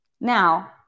Now